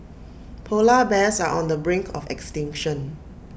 Polar Bears are on the brink of extinction